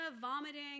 vomiting